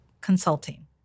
Consulting